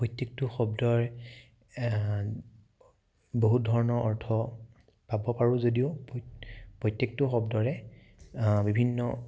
প্ৰত্যেকটো শব্দই বহুত ধৰণৰ অৰ্থ পাব পাৰোঁ যদিও প্ৰত্যেকটো শব্দৰে বিভিন্ন